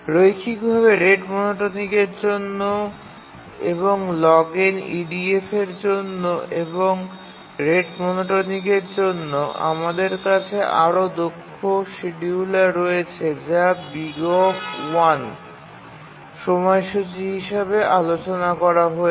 রৈখিকভাবে রেট মনোটনিকের জন্য এবং log n EDF এর জন্য এবং রেট মনোটোনিকের জন্য আমাদের কাছে আরও দক্ষ শিডিয়ুলার রয়েছে যা O সময়সূচী হিসাবে আলোচনা করা হয়েছে